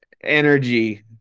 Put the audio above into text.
energy